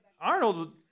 Arnold